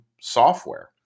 software